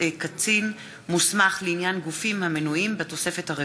קצין מוסמך לעניין גופים המנויים בתוספת הרביעית),